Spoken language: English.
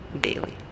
daily